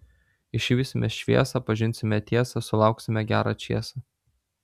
išvysime šviesą pažinsime tiesą sulauksime gerą čėsą